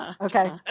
Okay